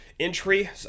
entry